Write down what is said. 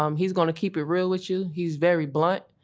um he's gonna keep it real with you he's very blunt.